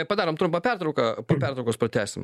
padarom trumpą pertrauką po pertraukos pratęsim